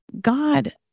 God